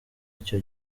icyo